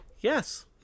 Yes